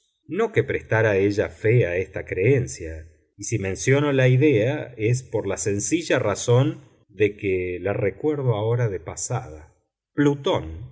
no que prestara ella fe a esta creencia y si menciono la idea es por la sencilla razón de que la recuerdo ahora de pasada plutón